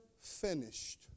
finished